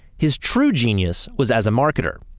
his true genius was as a marketer.